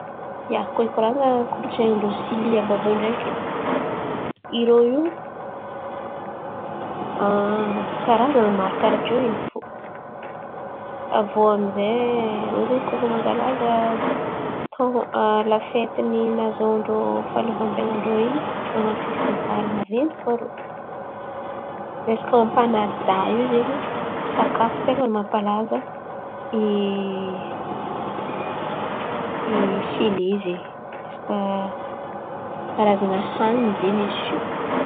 Ia, koa koran̈a kolontsain̈y ndrô Sily àby àby io ndreky. Irô io karazan̈a marô karà teô in̈y fo. Avô amizay irô zen̈y koa fa mankalaza tôn̈ô lafety nazahoan-drô fahaleovanten̈a ndrô in̈y man̈ano fesitivaly maventy koa rô. Resaka ampanada io zen̈y sakafo ten̈a nampalaza Sily zen̈y resaka karazan̈a haininy zen̈y zio.